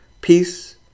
Peace